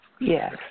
Yes